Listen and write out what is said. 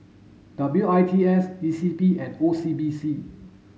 W I T S E C P and O C B C